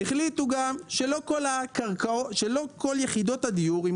החליטו גם שלא כל יחידות הדיור אם